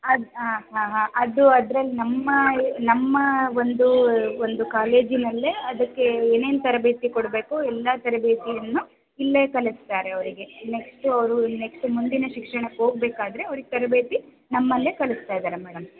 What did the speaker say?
ಅದು ಹಾಂ ಹಾಂ ಅದು ಅದರಲ್ಲಿ ನಮ್ಮ ನಮ್ಮ ಒಂದು ಒಂದು ಕಾಲೇಜಿನಲ್ಲೇ ಅದಕ್ಕೆ ಏನೇನು ತರಬೇತಿ ಕೊಡಬೇಕೋ ಎಲ್ಲ ತರಬೇತಿಯನ್ನು ಇಲ್ಲೇ ಕಲಿಸ್ತಾರೆ ಅವರಿಗೆ ನೆಕ್ಸ್ಟ್ ಅವರು ನೆಕ್ಸ್ಟ್ ಮುಂದಿನ ಶಿಕ್ಷಣಕ್ಕೆ ಹೋಗಬೇಕಾದರೆ ಅವರಿಗೆ ತರಬೇತಿ ನಮ್ಮಲ್ಲೇ ಕಲಿಸ್ತಾ ಇದ್ದಾರೆ ಮೇಡಮ್